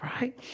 right